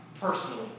personally